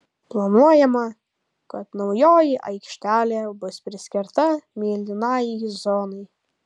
planuojama kad naujoji aikštelė bus priskirta mėlynajai zonai